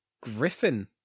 Griffin